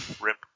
Rip